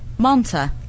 Monta